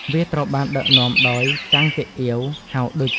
វាត្រូវបានដឹកនាំដោយ កាំង ហ្គេកអៀវ ហៅ ឌុច។